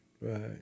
Right